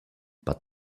but